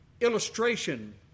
illustration